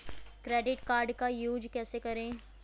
Credit card का use कैसे करें?